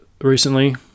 recently